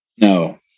No